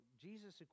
Jesus